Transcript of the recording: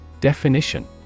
Definition